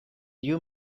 you